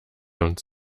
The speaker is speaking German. uns